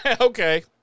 Okay